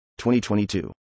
2022